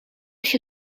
się